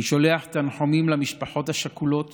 אני שולח תנחומים למשפחות השכולות